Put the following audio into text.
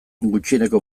gutxieneko